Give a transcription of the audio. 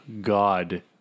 God